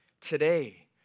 today